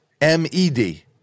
M-E-D